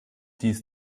dies